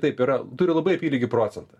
taip yra turi labai apylygį procentą